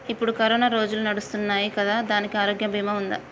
ఇప్పుడు కరోనా రోజులు నడుస్తున్నాయి కదా, దానికి ఆరోగ్య బీమా ఉందా?